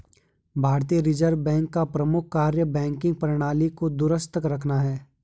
भारतीय Reserve Bank का प्रमुख कार्य बैंकिंग प्रणाली को दुरुस्त रखना है